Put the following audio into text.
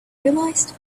realized